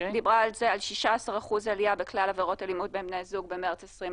דיברה על זה 16% עלייה בכלל עבירות אלימות בבני זוג במרץ 20,